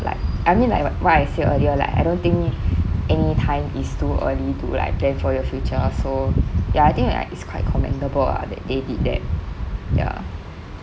like I mean like what what I said earlier like I don't think any time is too early to like plan for your future so ya I think like it's quite commendable lah that they did that ya